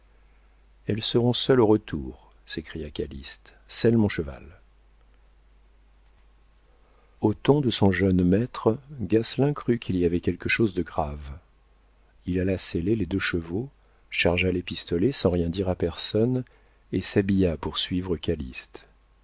elles seront seules au retour s'écria calyste selle mon cheval au ton de son jeune maître gasselin crut qu'il y avait quelque chose de grave il alla seller les deux chevaux chargea les pistolets sans rien dire à personne et s'habilla pour